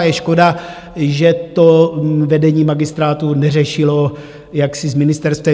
Je škoda, že to vedení magistrátu neřešilo jaksi s ministerstvem.